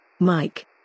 Mike